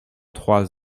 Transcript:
trois